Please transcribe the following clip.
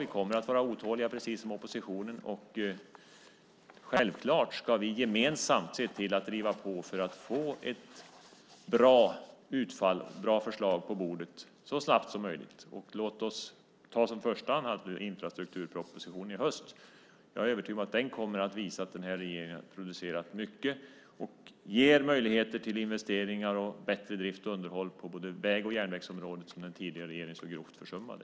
Vi kommer att vara otåliga precis som oppositionen, och självklart ska vi gemensamt se till att driva på för att få ett bra utfall, bra förslag, på bordet så snabbt som möjligt. Låt oss som första anhalt ta infrastrukturpropositionen i höst. Jag är övertygad om att den kommer att visa att den här regeringen har producerat mycket och ger möjligheter till investeringar och bättre drift och underhåll på både väg och järnvägsområdet, som den tidigare regeringen så grovt försummade.